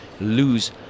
lose